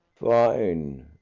fine,